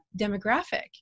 demographic